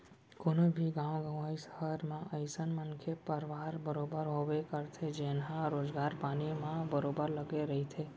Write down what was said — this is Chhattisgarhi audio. कोनो भी गाँव गंवई, सहर म अइसन मनखे परवार बरोबर होबे करथे जेनहा रोजगार पानी म बरोबर लगे रहिथे